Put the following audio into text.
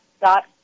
dot